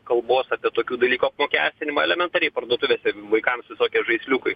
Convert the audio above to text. kalbos apie tokių dalykų apmokestinimą elementariai parduotuvė vaikams visokie žaisliukai